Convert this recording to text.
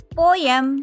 poem